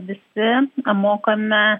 visi mokame